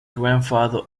grandfather